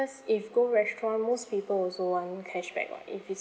cause if go restaurant most people also want cashback [what] if we